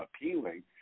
appealing